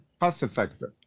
cost-effective